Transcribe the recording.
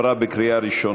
(חקירת חשודים בעבירת ביטחון),